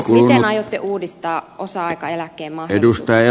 miten aiotte uudistaa osa aikaeläkkeen mahdollisuuksia